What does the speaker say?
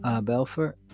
Belfort